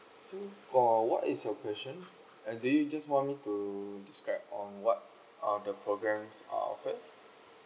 so for what is your question uh do you just want me to describe on what are the program's are offered